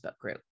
group